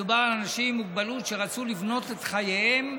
מדובר על אנשים עם מוגבלות שרצו לבנות את חייהם,